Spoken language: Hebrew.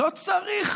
לא צריך